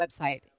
website